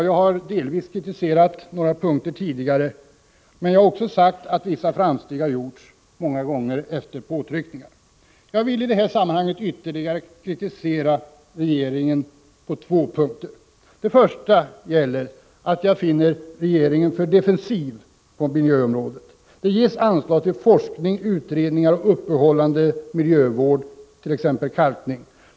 Jag har tidigare kritiserat vissa punkter, men jag har också sagt att en del framsteg har gjorts, många gånger efter påtryckningar. Jag vill i det här sammanhanget speciellt kritisera regeringen på två punkter. Först och främst finner jag regeringen för defensiv på miljöområdet. Det ges anslag till forskning, utredningar och uppehållande miljövård, t.ex. kalkning.